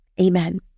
amen